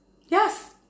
Yes